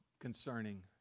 concerning